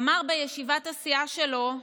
הוא אמר בישיבת הסיעה שלו: